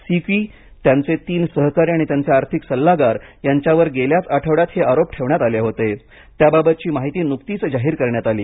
स्यु की त्यांचे तीन सहकारी आणि त्यांचे आर्थिक सल्लागार यांच्यावर गेल्याच आठवड्यात हे आरोप ठेवण्यात आले होते त्याबाबतची माहिती नुकतीच जाहीर करण्यात आली